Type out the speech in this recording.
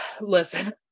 listen